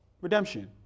redemption